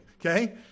Okay